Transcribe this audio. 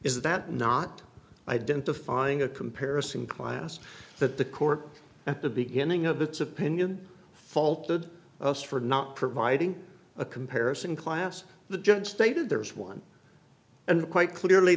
not is that not identifying a comparison class that the court at the beginning of its opinion faulted us for not providing a comparison class the judge stated there is one and quite clearly